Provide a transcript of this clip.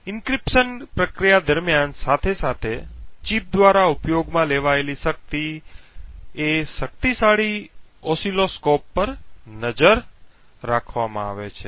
encryption પ્રક્રિયા દરમ્યાન સાથે સાથે ચિપ દ્વારા ઉપયોગમાં લેવાયેલી શક્તિ શક્તિશાળી ઓસિલોસ્કોપ પર નજર રાખવામાં આવે છે